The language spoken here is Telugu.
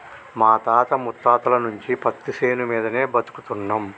మా తాత ముత్తాతల నుంచి పత్తిశేను మీదనే బతుకుతున్నం